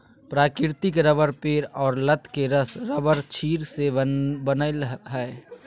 प्राकृतिक रबर पेड़ और लत के रस रबरक्षीर से बनय हइ